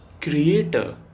creator